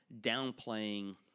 downplaying